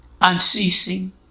unceasing